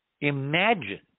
Imagine